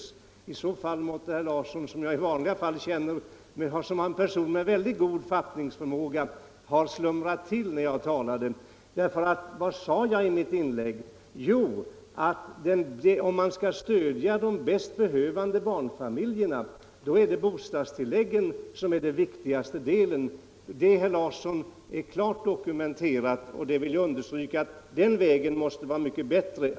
I så fall måtte herr Larsson — som jag känner som en person med mycket god fattningsförmåga — ha slumrat till när jag talade. Jag sade att om de bäst behövande barnfamiljerna skall stödjas är det bostadstilläggen som är viktigast. Det är klart dokumenterat, och jag vill understryka att den vägen måste vara mycket bättre.